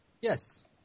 Yes